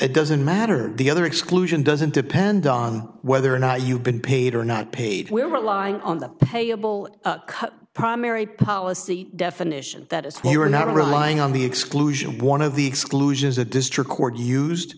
it doesn't matter the other exclusion doesn't depend on whether or not you've been paid or not paid we are relying on the payable primary policy definition that is what you are now relying on the exclusion of one of the exclusions the district court used